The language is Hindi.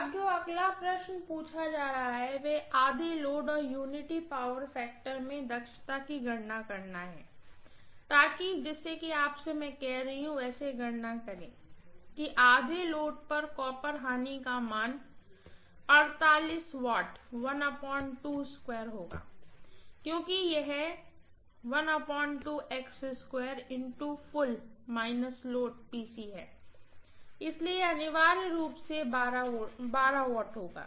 अब जो अगला प्रश्न पूछा जा रहा है वह आधे लोड और यूनिटी पावर फैक्टर में दक्षता की गणना करना है ताकि जिससे की आप जैसे में कह रही हूँ वैसे गणना कर सकें कि आधे लोड पर कॉपर लॉस का मान होगा क्योंकि यह है इसलिए यह अनिवार्य रूप से होगा